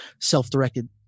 self-directed